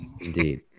Indeed